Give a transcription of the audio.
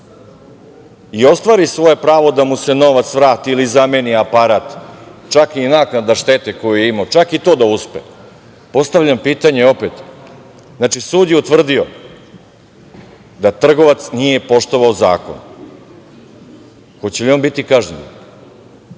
i ostvari svoje pravo da mu se novac vrati, zameni aparat, čak i naknada štete koju je imao, čak i to da uspe, postavljam pitanje, znači sud je utvrdio da trgovac nije poštovao zakon, hoće li on biti kažnjen?